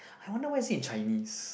I wonder why say in Chinese